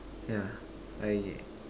yeah I